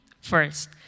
first